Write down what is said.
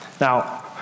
Now